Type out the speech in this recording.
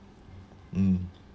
mm